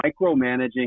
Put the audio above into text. micromanaging